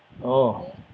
oh